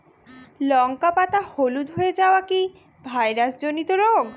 লঙ্কা পাতা হলুদ হয়ে যাওয়া কি ভাইরাস জনিত রোগ?